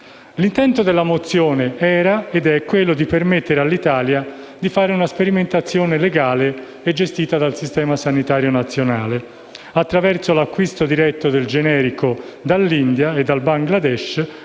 L'intento della mozione era ed è quello di permettere all'Italia di fare una sperimentazione legale e gestita dal Servizio sanitario nazionale, attraverso l'acquisto diretto del generico dall'India e dal Bangladesh